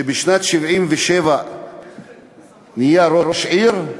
שבשנת 1977 נהיה ראש עיר,